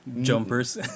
jumpers